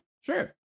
Sure